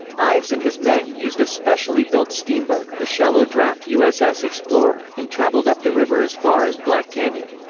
ives and his men used a specially built steamboat, the shallow-draft u s s. explorer, and traveled up the river as far as black canyon.